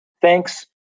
thanks